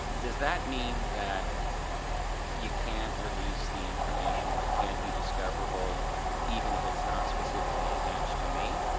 does that mean that you can't release the information or it can't be discoverable even if it's not specifically attached to me?